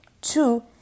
Two